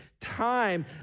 time